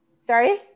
Sorry